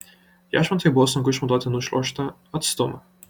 jašmontui buvo sunku išmatuoti nušliuožtą atstumą